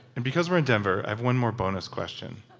and because we're in denver, i have one more bonus question.